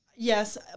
Yes